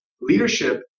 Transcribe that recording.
Leadership